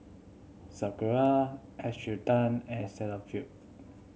Sakura Encik Tan and Cetaphil